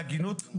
בהגינות,